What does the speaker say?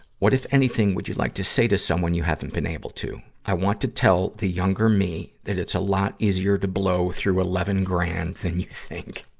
what, if anything, would you like to say to someone you haven't been able to? i want to tell the younger me that it's a lot easier to blow through eleven grand than you think.